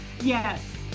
Yes